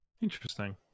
interesting